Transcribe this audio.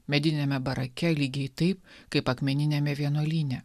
mediniame barake lygiai taip kaip akmeniniame vienuolyne